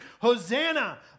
Hosanna